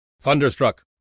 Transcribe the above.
Thunderstruck